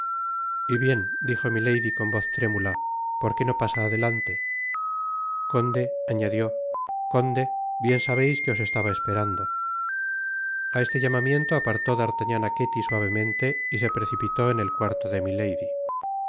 y bien dijo milady con voz trémula por qué no pasa adelante conde añadió conde bien sabeis que os estaba esperando a este llamamiento apartó d'artagnan áketty suavemente y se precipitó en el cuarto de milady